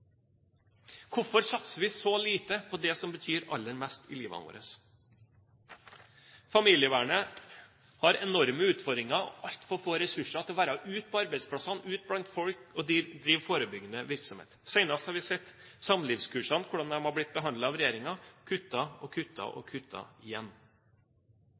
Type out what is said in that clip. Hvorfor satser vi så lite på det som betyr aller mest i livet vårt? Familievernet har enorme utfordringer og altfor få ressurser til å være ute på arbeidsplassene, ute blant folk og drive forebyggende virksomhet. Senest har vi sett hvordan samlivskursene har blitt behandlet av regjeringen: kuttet, kuttet og kuttet igjen.